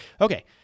Okay